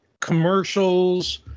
commercials